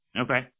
Okay